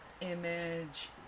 image